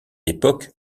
époque